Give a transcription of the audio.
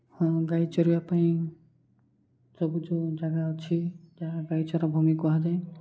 ହଁ ଗାଈ ଚରିବା ପାଇଁ ସବୁଜ ଜାଗା ଅଛି ଯାହା ଗାଈଚରା ଭୂମି କୁହାଯାଏ